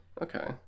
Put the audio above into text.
okay